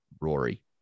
Rory